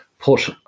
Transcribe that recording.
put